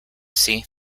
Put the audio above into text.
see